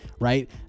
Right